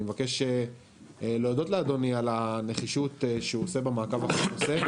אני מבקש להודות לאדוני על הנחישות שהוא עושה במעקב אחרי הנושא.